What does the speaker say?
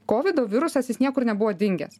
kovido virusas jis niekur nebuvo dingęs